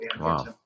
Wow